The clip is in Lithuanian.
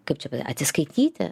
kaip čia atsiskaityti